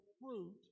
fruit